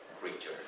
creature